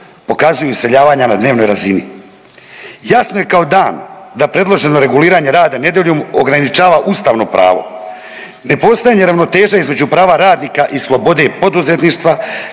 pokazuju iseljavanja na dnevnoj razini. Jasno je kao dan da predloženo reguliranje rada nedeljom ograničava ustavno pravo. Nepostojanje ravnoteže između prava radnika i slobode poduzetništva